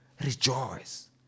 rejoice